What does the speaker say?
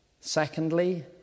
Secondly